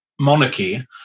monarchy